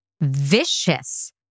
vicious